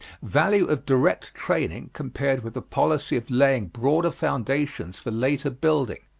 value of direct training compared with the policy of laying broader foundations for later building.